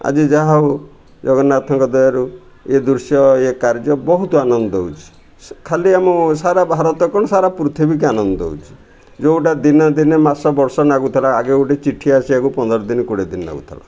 ଆଜି ଯାହା ହଉ ଜଗନ୍ନାଥଙ୍କ ଦୟାରୁ ଏ ଦୃଶ୍ୟ ଏ କାର୍ଯ୍ୟ ବହୁତ ଆନନ୍ଦ ଦେଉଛି ଖାଲି ଆମ ସାରା ଭାରତ କ'ଣ ସାରା ପୃଥିବୀକି ଆନନ୍ଦ ଦେଉଛି ଯେଉଁଟା ଦିନେ ଦିନେ ମାସ ବର୍ଷ ଲାଗୁଥିଲା ଆଗେ ଗୋଟେ ଚିଠି ଆସିବାକୁ ପନ୍ଦର ଦିନ କୋଡ଼ିଏ ଦିନ ଲାଗୁଥିଲା